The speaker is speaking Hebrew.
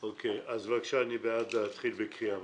אז בבקשה, אני בעד להתחיל בקריאה.